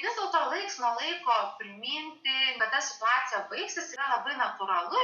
vis dėlto laiks nuo laiko priminti kad ta situacija baigsis yra labai natūralu